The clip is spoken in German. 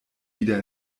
wieder